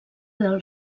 del